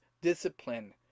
discipline